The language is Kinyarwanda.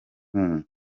nkuru